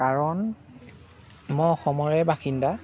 কাৰণ মই অসমৰে বাসিন্দা